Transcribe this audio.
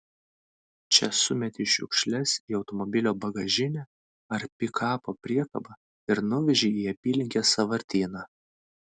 čia sumeti šiukšles į automobilio bagažinę ar pikapo priekabą ir nuveži į apylinkės sąvartyną